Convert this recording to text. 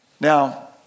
Now